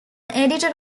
editor